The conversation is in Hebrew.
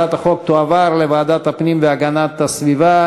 הצעת החוק תועבר לוועדת הפנים והגנת הסביבה